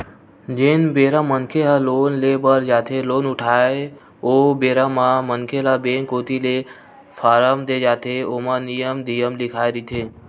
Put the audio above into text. जेन बेरा मनखे ह लोन ले बर जाथे लोन उठाथे ओ बेरा म मनखे ल बेंक कोती ले फारम देय जाथे ओमा नियम धियम लिखाए रहिथे